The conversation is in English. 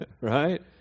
Right